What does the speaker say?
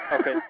Okay